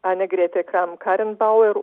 anegretė kram karenbauer